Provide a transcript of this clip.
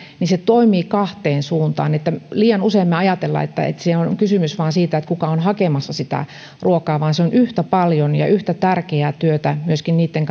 toimii kahteen suuntaan liian usein me ajattelemme että on kysymys vain siitä kuka on hakemassa sitä ruokaa mutta se on yhtä lailla yhtä tärkeää työtä myöskin niitten